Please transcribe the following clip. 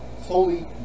holy